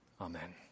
Amen